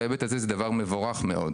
בהיבט הזה זה דבר מבורך מאוד.